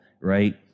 right